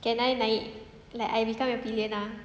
can I naik like I become your pillion ah